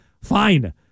fine